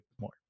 more